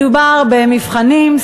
מדובר במבחנים,